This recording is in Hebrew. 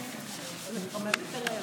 בבקשה.